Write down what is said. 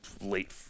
late